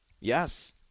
yes